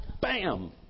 Bam